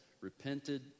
repented